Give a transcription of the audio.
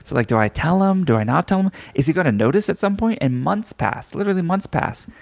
like do i tell him? do i not tell him? is he going to notice at some point? and months passed. literally months passed.